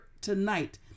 tonight